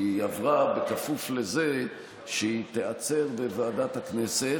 כי היא עברה בכפוף לזה שהיא תיעצר בוועדת הכנסת,